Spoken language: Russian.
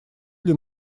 для